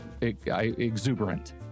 exuberant